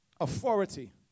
Authority